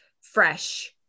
fresh